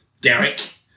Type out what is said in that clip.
Derek